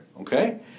Okay